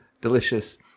Delicious